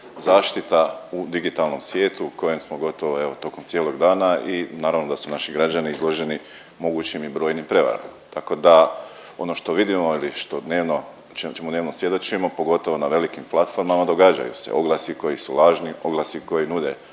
zaštita u digitalnom svijetu u kojem smo gotovo, evo, tokom cijelog dana i naravno da su naši građani izloženi mogućim i brojnim prevarama, tako da, ono što vidimo ili što dnevno .../Govornik se ne razumije./... svjedočimo, pogotovo na velikim platformama, događaju se oglasi koji su lažni, oglasi koji nude